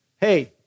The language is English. hey